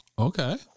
Okay